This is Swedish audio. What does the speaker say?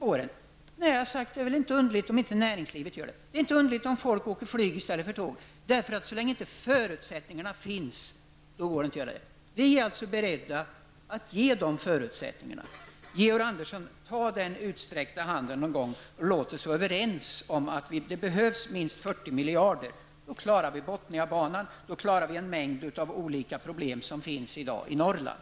Jag har sagt att det är inte underligt om inte näringslivet gör det. Det är inte underligt om folk tar flyget i stället för tåget. Så länge förutsättningarna inte finns, går det inte att göra det. Vi är alltså beredda att ge dessa förutsättningar. Georg Andersson, ta den utsträckta handen någon gång och låt oss vara överens om att det behövs minst 40 miljarder. Då klarar vi Botnia-banan och vi klarar av en mängd olika problem som finns i dag i Norrland.